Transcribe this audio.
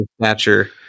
stature